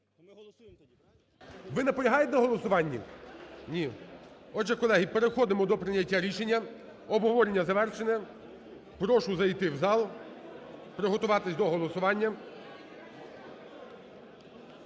Ви наполягаєте на голосуванні? Ні. Отже, колеги, переходимо до прийняття рішення. Обговорення завершене. Прошу зайти в зал, приготуватись до голосування.